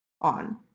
on